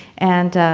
and,